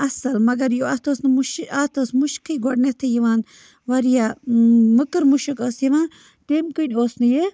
اَصٕل مَگَر یہِ اَتھ ٲس نہٕ مُشکہِ اَتھ ٲس مُشکٕے گۄڈنٮ۪تھٕے یِوان واریاہ مٔکٕر مُشِک ٲس یِوان تٔمۍ کِنۍ اوس نہٕ یہِ